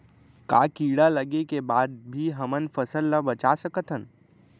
का कीड़ा लगे के बाद भी हमन फसल ल बचा सकथन?